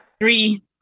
Three